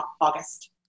August